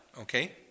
okay